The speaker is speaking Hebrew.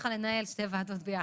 שהצליחה לנהל שתי ועדות ביחד,